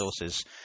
resources